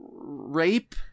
rape